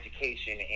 education